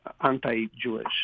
anti-Jewish